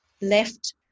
left